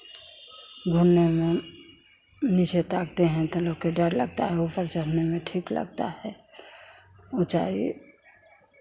घूमने मे नीचे ताकते हैं तो लोक के डर लगता है ऊपर चढ़ने में ठीक लगता है ऊँचाई